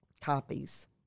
copies